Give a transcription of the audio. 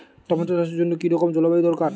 Tomato চাষের জন্য কি রকম জলবায়ু দরকার?